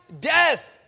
death